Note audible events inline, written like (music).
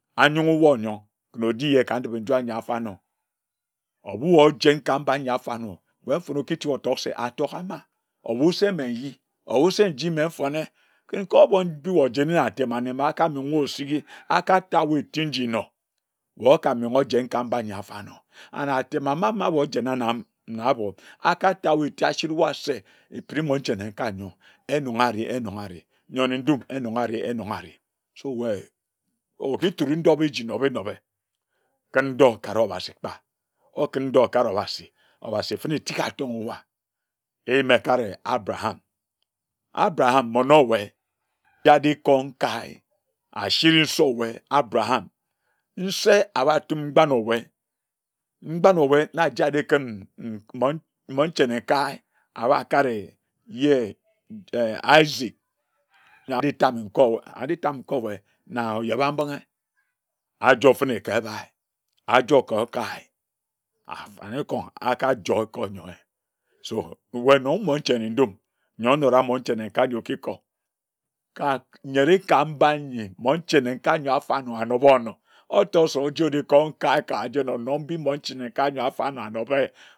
A yong-wua oyong kǝn oji yeh ka ndip-nju ah yi afor-anor? Ohbu we ojen ka mba ahyi afor-anor, fenne oki chibe otok se, atogham-ma, ohbu se mme ehe, ohbu se mme lyhe, mme, kǝn ka we ojen-ne ka ahbor atem-ane ma aka menghe o siri, aka menghe ota wa eti nji nor, we oka menghe ojen ka mba anyi afor-anor. And (unintelligible) atem ahma ma we ojen-na na ahbor aka ta wua eti asiri wua se apiri monehe nenkae nyor eh nong ari en nong ari. Yor ne ndum en nong ari en nong ari. So (unintelligible) we oki ture biji nobe-nobe. Kǝn ndor okare Obasi kpa. Okǝn dor okare Obasi, Obasi fen-ne tik atong-owa ehyim ekare Abraham. Abraham mono-we aji aji ko nkae asiri nse-owue Abraham, nsi ahba tom n-gban owue, n-gban owue na aji aji kǝn monehe nenkae ahba kare yeh Isaac yor aji tang nkae owue na oyebe-mbinghe ajor fen-ne ka ehbie, ajor ka okae, afanekong aka joi ka oyi-eh. So (unintelligible) we nong monche ne-ndum yor onora monche nenkae yor oki ko, ka yenre ka mba nyi monche nenkae ayor a nobe-onor. Otor se ojak oji ko nkae ka jen onor mbi monche nenkae ayor-afor anor anobe.